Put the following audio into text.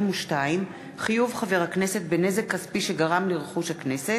42) (חיוב חבר הכנסת בנזק כספי שגרם לרכוש הכנסת),